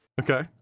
Okay